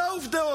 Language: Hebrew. מי, זה העובדות.